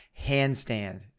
handstand